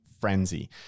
frenzy